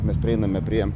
mes prieiname prie